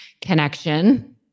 connection